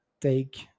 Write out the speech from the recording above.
take